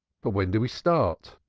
but when do we start?